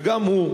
וגם הוא,